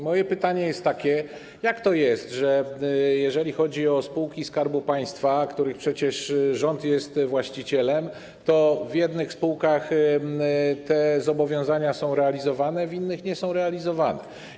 Moje pytanie jest takie: Jak to jest, że jeżeli chodzi o spółki Skarbu Państwa, których właścicielem przecież jest rząd, to w jednych spółkach te zobowiązania są realizowane, w innych nie są realizowane?